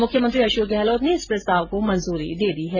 मुख्यमंत्री अशोक गहलोत ने इस प्रस्ताव को मंजूरी दी है